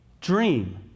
dream